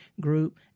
group